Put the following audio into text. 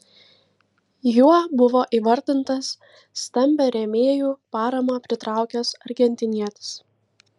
juo buvo įvardintas stambią rėmėjų paramą pritraukęs argentinietis